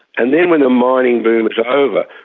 and then when the mining boom is over,